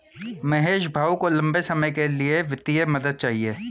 महेश भाऊ को लंबे समय के लिए वित्तीय मदद चाहिए